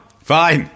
Fine